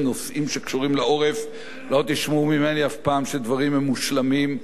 לא תשמעו ממני אף פעם שדברים הם מושלמים.